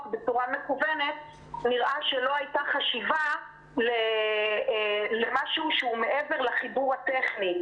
בצורה מקוונת נראה שלא הייתה חשיבה למשהו שהוא מעבר לחיבור הטכני,